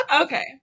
Okay